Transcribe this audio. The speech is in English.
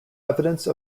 evidence